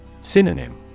Synonym